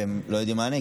והם לא יודעים מה המענה,